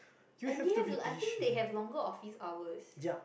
and yes I think they have longer office hours